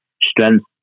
strength